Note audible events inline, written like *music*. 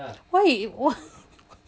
why what *laughs*